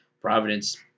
Providence